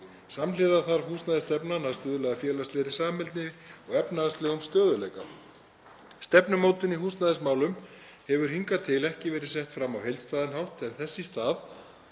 Samhliða þarf húsnæðisstefna að stuðla að félagslegri samheldni og efnahagslegum stöðugleika. Stefnumótun í húsnæðismálum hefur hingað til ekki verið sett fram á heildstæðan hátt, en þess í stað